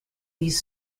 these